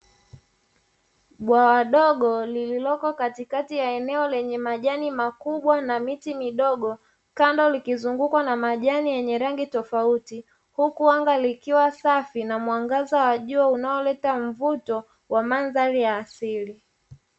Bwawa dogo lililoko katikati ya eneo lenye majani makubwa na miti midogo, kando likizungukwa na majani yenye rangi tofauti. Huku anga likiwa safi na mwangaza wa jua unaoleta mvuto, wa mandhari ya asili.